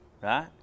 right